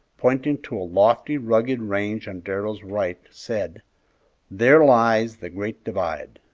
pointing to a lofty, rugged range on darrell's right, said there lies the great divide.